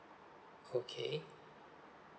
okay